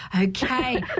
Okay